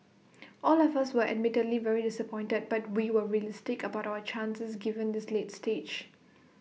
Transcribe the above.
all of us were admittedly very disappointed but we were realistic about our chances given this late stage